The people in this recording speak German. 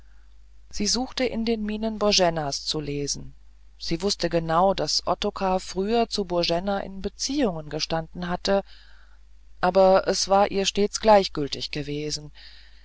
sie versuchte in den mienen boenas zu lesen sie wußte genau daß ottokar früher zu boena in beziehungen gestanden hatte aber es war ihr stets gleichgültig gewesen